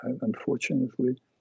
Unfortunately